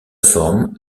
forme